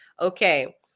Okay